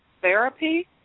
therapy